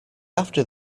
after